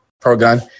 pro-gun